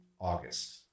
August